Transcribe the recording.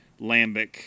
lambic